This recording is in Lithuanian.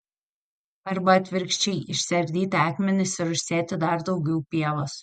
arba atvirkščiai išsiardyti akmenis ir užsėti dar daugiau pievos